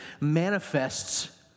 manifests